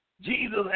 Jesus